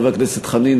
חבר הכנסת חנין,